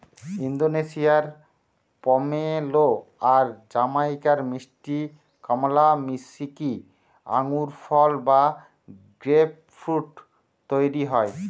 ওন্দোনেশিয়ার পমেলো আর জামাইকার মিষ্টি কমলা মিশিকি আঙ্গুরফল বা গ্রেপফ্রূট তইরি হয়